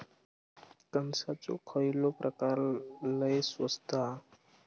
कणसाचो खयलो प्रकार लय स्वस्त हा?